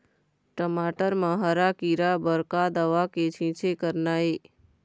टमाटर म हरा किरा बर का दवा के छींचे करना ये?